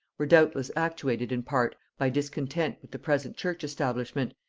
were doubtless actuated in part by discontent with the present church-establishment,